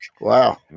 Wow